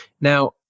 Now